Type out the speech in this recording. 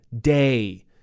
day